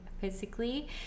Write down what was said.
physically